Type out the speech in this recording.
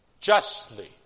justly